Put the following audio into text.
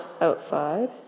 outside